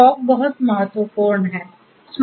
fog बहुत महत्वपूर्ण है